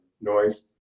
noise